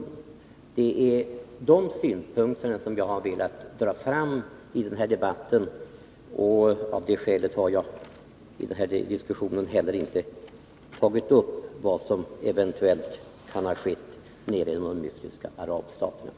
Det är dessa synpunkter som jag har velat dra fram i den här debatten, och av det skälet har jag i diskussionen heller inte tagit upp vad som eventuellt kan ha skett nere i de mystiska arabstaterna.